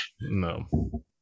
No